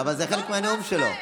אבל זה חלק מהנאום שלו.